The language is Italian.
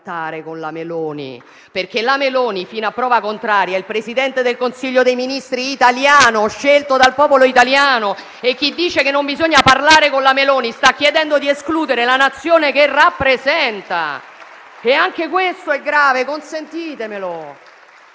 non bisogna trattare con la Meloni. La Meloni fino a prova contraria è il Presidente del Consiglio dei ministri italiano, scelto dal popolo italiano e chi dice che non bisogna parlare con la Meloni sta chiedendo di escludere la Nazione che rappresenta. Anche questo è grave, consentitemelo,